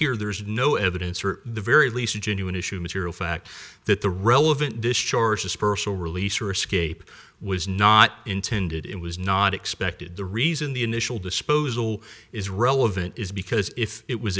here there is no evidence or the very least a genuine issue material fact that the relevant this shores dispersal release are escape was not intended it was not expected the reason the initial disposal is relevant is because if it was